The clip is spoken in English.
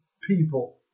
people